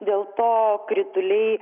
dėl to krituliai